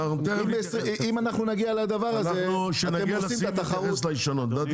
ואם נגיע לדבר הזה אנחנו נפסיד את התחרות.